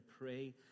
pray